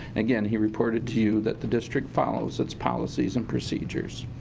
again, he reported to you that the district follows it's policies and procedures.